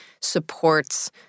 supports